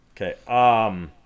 Okay